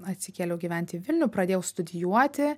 atsikėliau gyventi į vilnių pradėjau studijuoti